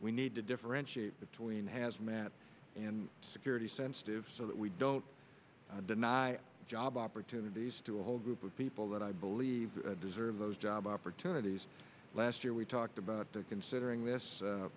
we need to differentiate between hazmat and security sensitive so that we don't deny job opportunities to a whole group of people that i believe deserve those job opportunities last year we talked about considering this